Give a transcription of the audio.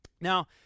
Now